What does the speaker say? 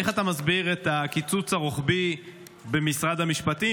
איך אתה מסביר את הקיצוץ הרוחבי במשרד המשפטים